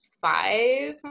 five